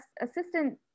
assistant